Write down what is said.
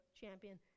champion